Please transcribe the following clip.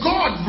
God